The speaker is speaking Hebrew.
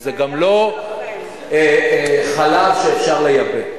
וזה גם לא חלב שאפשר לייבא.